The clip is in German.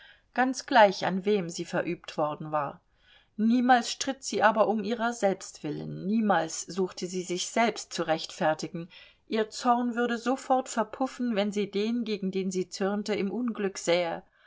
ganz gleich an wem sie verübt worden war niemals stritt sie aber um ihrer selbst willen niemals suchte sie sich selbst zu rechtfertigen ihr zorn würde sofort verpuffen wenn sie den gegen den sie zürnte im unglück sähe